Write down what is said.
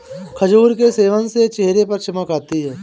खजूर के सेवन से चेहरे पर चमक आती है